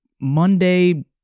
Monday